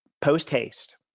post-haste